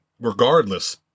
regardless